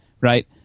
right